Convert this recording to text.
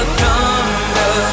thunder